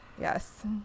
Yes